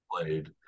played